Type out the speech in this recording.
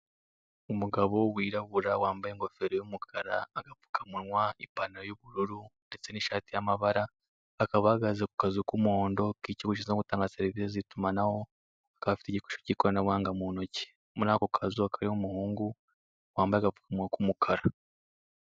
Umugabo wirabura wambaye ingofero y'umukara, agapfukamuntwa, ipantaro y'ubururu ndetse n'ishati y'amabara akaba ahagaze ku kazu k'umuhondo kikigo gishinzwe gutanga serivise zitumanaho akaba afite igikoresho kikoranabuhanga mu ntoki, muri ako kazu hakaba harimo umuhungu wambaye agapfukamunwa k'umukara.